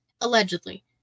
Allegedly